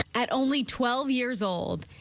at only twelve years old.